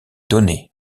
donner